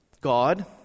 God